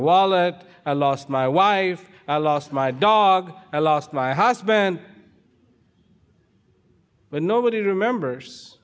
wallet lost my wife i lost my dog i lost my husband but nobody remembers